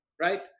right